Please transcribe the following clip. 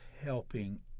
helping